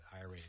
IRA